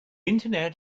internet